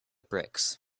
bricks